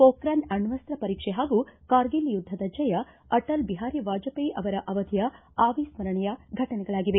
ಪೋಖ್ರಾನ್ ಅಣ್ಣಸ್ತ ಪರೀಕ್ಷೆ ಹಾಗೂ ಕಾರ್ಗಿಲ್ ಯುದ್ದದ ಜಯ ಅಟಲ್ ಬಿಹಾರಿ ವಾಜಪೇಯಿ ಅವರ ಅವಧಿಯ ಆವಿಸ್ತರಣೀಯ ಘಟನೆಗಳಾಗಿವೆ